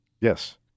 Yes